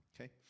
Okay